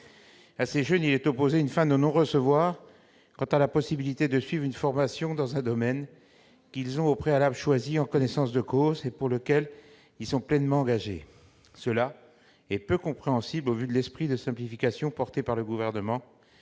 À ces jeunes, il est opposé une fin de non-recevoir quant à la possibilité de suivre une formation dans un domaine qu'ils ont au préalable choisi en connaissance de cause, et pour lequel ils se sont pleinement engagés. C'est peu compréhensible eu égard à l'esprit de simplification qui anime le Gouvernement,